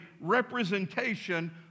representation